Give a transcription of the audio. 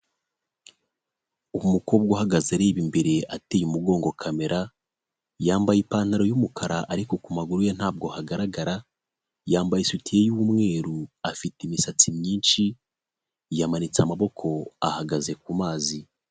Umukobwa uhagaze areba imbere ateye umugongo kamera, yambaye ipantaro y'umukara ariko ku maguru ye ntabwo hagaragara, yambaye isutiye y'umweru afite imisatsi myinshi, yamanitse amaboko ahagaze kumazi.